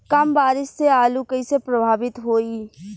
कम बारिस से आलू कइसे प्रभावित होयी?